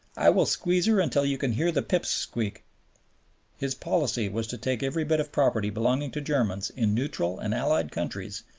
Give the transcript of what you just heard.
i will squeeze her until you can hear the pips squeak his policy was to take every bit of property belonging to germans in neutral and allied countries,